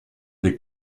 des